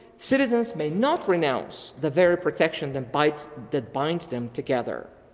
citizens may not renounce the very protection that bites that binds them together.